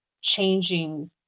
changing